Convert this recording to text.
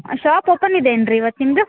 shop open ಇದೆ ಏನ್ರೀ ಇವತ್ತು ನಿಮ್ದು